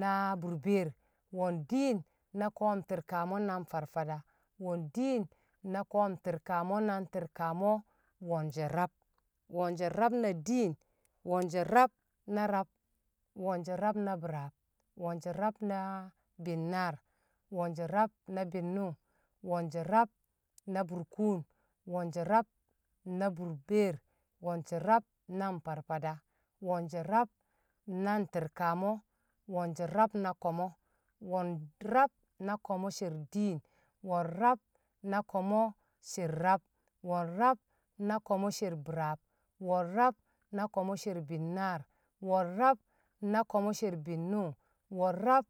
na burbeer. Wo̱n diin na ko̱o̱m- Ti̱rkamo na nFarFada. Wo̱n diin na ko̱o̱m- Ti̱rkamo na nTi̱rkamo. Wo̱n She̱ rab. Wo̱n She̱ rab na diin. Wo̱n She̱ rab na rab. Wo̱n She̱ rab na bi̱raab. Wo̱n She̱ rab na bi̱nnaar. Wo̱n She̱ rab na bi̱nnṵng. Wo̱n She̱ rab na burkuun. Wo̱n She̱ rab na burbeer. Wo̱n She̱ rab na nFarFada. Wo̱n She̱ rab na nTi̱rkamo. Wo̱n She̱ rab na ko̱mo̱. Wo̱n rab na Ko̱mo Sher diin. Wo̱n rab na Ko̱mo̱ Sher rab. Wo̱n rab na Ko̱mo̱ Sher bi̱raab. Wo̱n rab na Ko̱mo̱ Sher binnaar. Wo̱n rab na Ko̱mo̱ Sher bi̱nnṵng. Wo̱n rab